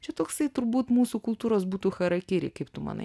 čia toksai turbūt mūsų kultūros būtų charakiri kaip tu manai